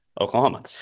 Oklahoma